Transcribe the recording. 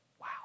Wow